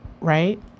right